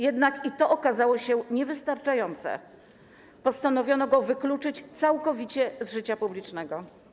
Jednak i to okazało się niewystarczające - postanowiono go wykluczyć całkowicie z życia publicznego.